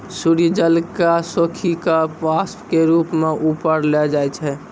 सूर्य जल क सोखी कॅ वाष्प के रूप म ऊपर ले जाय छै